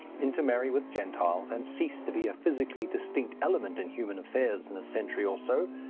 intermarry with gentiles, and cease to be a physically distinct element in human affairs in a century or so.